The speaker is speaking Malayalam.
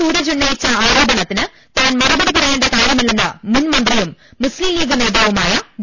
സൂരജ് ഉന്നയിച്ച ആരോപണത്തിന് താൻ മറുപടി പറ യേണ്ട കാര്യമില്ലെന്ന് മുൻ മന്ത്രിയും മുസ്തിംലീഗ് നേതാവുമായ വി